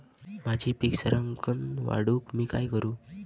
माझी पीक सराक्कन वाढूक मी काय करू?